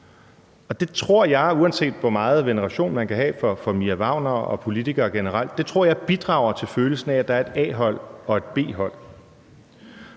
Det tror jeg, uanset hvor meget veneration man kan have for Mia Wagner og politikere generelt, bidrager til følelsen af, at der er et A-hold og et B-hold.